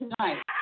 tonight